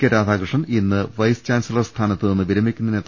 K Radhakrishnan ഇന്ന് vice chancellor സ്ഥാനത്തുനിന്ന് വിരമിക്കുന്നതിനെത്തു